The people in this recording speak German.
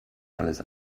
alles